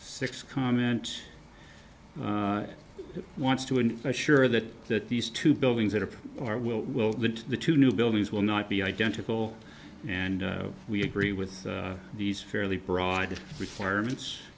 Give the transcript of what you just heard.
six comments wants to and assure that that these two buildings that are or will well that the two new buildings will not be identical and we agree with these fairly broad requirements